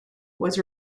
was